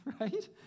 Right